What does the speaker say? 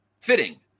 fitting